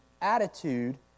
attitude